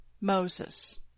Moses